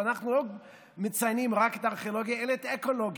אבל אנחנו לא מציינים רק את הארכיאולוגיה אלא את האקולוגיה.